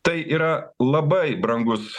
tai yra labai brangus